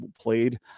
played